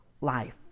life